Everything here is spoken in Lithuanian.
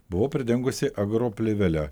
buvau pridengusi agro plėvele